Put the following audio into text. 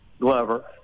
Glover